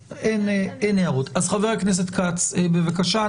חבר הכנסת כץ, בבקשה.